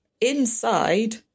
inside